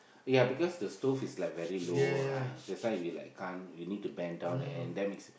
ya because the stove is like very low right that's why we like can't we need to bend down and then that makes